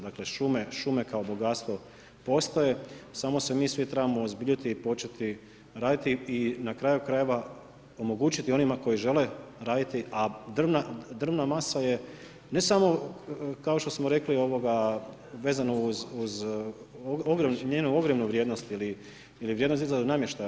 Dakle šume kao bogatstvo postoje samo se mi svi trebamo uozbiljiti i početi raditi i na kraju krajeva omogućiti onima koji žele raditi, a drvna masa je ne samo kao što smo rekli vezano uz njenu ogrjevnu vrijednost ili vrijednost izrade namještaja.